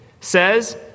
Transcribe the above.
says